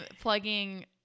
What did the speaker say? plugging